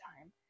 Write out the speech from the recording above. time